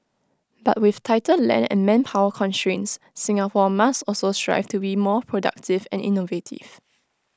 but with tighter land and manpower constraints Singapore must also strive to be more productive and innovative